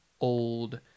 old